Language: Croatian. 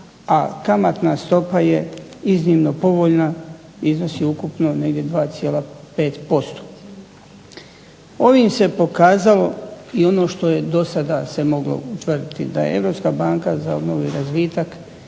a kamatna stopa je iznimno povoljna i iznosi ukupno negdje 2,5%. Ovim se pokazalo i ono što je dosada se moglo utvrditi da Europska banka za obnovu i razvitak